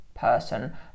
person